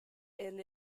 and